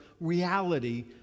reality